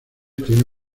tiene